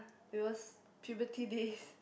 it was puberty days